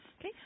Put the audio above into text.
Okay